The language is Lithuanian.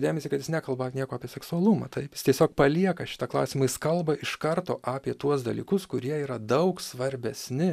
remiasi kad jis nekalba nieko apie seksualumą taip jis tiesiog palieka šitą klausimą jis kalba iš karto apie tuos dalykus kurie yra daug svarbesni